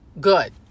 good